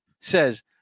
says